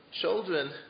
children